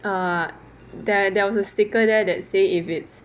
err there there was a sticker there that say if it's